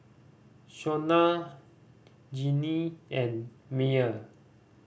Shawna Jeanne and Myer